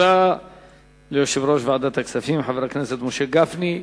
תודה ליושב-ראש ועדת הכספים, חבר הכנסת משה גפני.